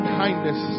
kindness